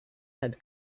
had